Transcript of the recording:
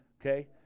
Okay